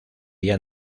día